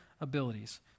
abilities